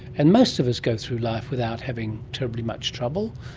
and most of us go through life without having terribly much trouble.